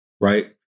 right